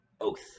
oath